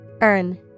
Earn